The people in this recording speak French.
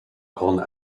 grandes